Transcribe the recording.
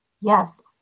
Yes